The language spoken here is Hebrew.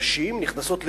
נשים נכנסות להיריון,